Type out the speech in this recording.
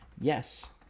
yes.